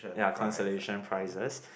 ya consolation prizes